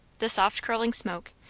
the soft curling smoke,